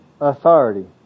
authority